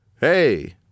hey